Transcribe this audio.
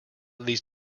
these